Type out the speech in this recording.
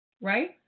right